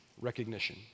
Recognition